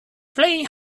playing